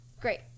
Great